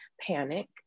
panic